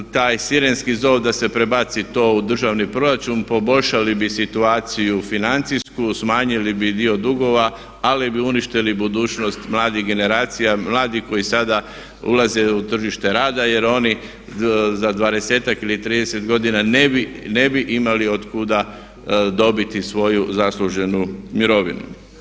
Taj sirenski zov da se prebaci to u državni proračun poboljšali bi situaciju financijsku, smanjili bi dio dugova, ali bi uništili budućnost mladih generacija, mladih koji sada ulaze u tržište rada jer oni za dvadesetak ili trideset godina ne bi imali od kuda dobiti svoju zasluženu mirovinu.